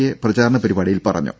A പ്രചാരണ പരിപാടിയിൽ പറഞ്ഞു